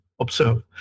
observe